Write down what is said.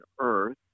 earth